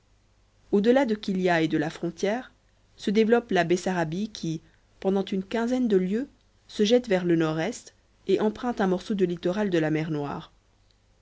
delà de kilia et de la frontière se développe la bessarabie qui pendant une quinzaine de lieues se jette vers le nord-est et emprunte un morceau du littoral de la mer noire